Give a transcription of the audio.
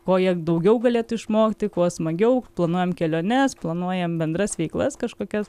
ko jie daugiau galėtų išmokti kuo smagiau planuojam keliones planuojam bendras veiklas kažkokias